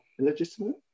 Illegitimate